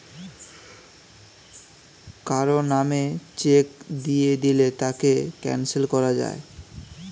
কারো নামে চেক দিয়ে দিলে তাকে ক্যানসেল করা যায়